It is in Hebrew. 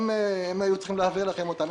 הם היו צריכים להעביר לכם אותם,